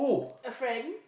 a friend